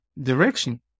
direction